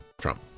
Trump